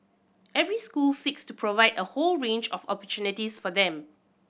every school seeks to provide a whole range of opportunities for them